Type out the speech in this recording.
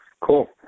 Cool